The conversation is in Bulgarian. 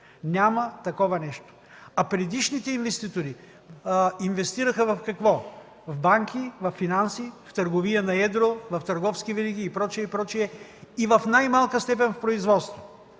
Няма такова нещо. А предишните инвеститори инвестираха в какво? В банки, във финанси, в търговия на едро, в търговски вериги и прочие, и прочие и в най-малка степен в производство.